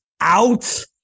out